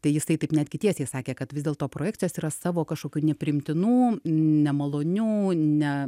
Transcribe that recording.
tai jisai taip netgi tiesiai sakė kad vis dėlto projekcijos yra savo kažkokių nepriimtinų nemalonių ne